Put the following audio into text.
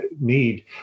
need